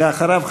ואחריו,